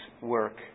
work